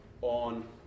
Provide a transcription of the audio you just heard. on